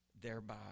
thereby